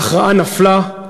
ההכרעה נפלה,